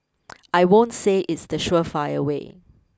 I won't say it's the surefire way